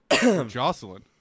Jocelyn